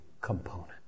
component